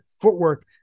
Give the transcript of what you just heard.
footwork